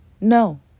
No